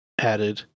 added